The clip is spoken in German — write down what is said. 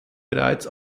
bereits